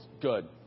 good